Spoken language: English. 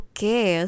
Okay